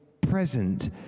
present